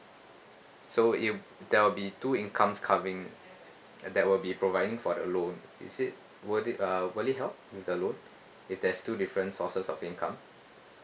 so it'll there will be two incomes coming and that will be providing for loan is it worth it uh will it help with the loan if there's two different sources of income